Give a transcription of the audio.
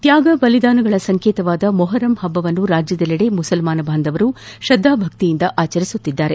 ತ್ಯಾಗ ಬಲಿದಾನದ ಸಂಕೇತವಾದ ಮೊಹರಂ ಹಬ್ಬವನ್ನು ರಾಜ್ಯದೆಲ್ಲದೆ ಮುಸಲ್ಮಾನ ಬಾಂಧವರು ಶ್ರದ್ದಾಭಕ್ತಿಯಿಂದ ಆಚರಿಸುತ್ತಿದ್ದಾರೆ